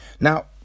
Now